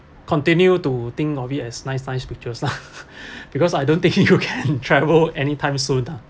continue to think of it as nice nice pictures lah because I don't think you can travel anytime soon ah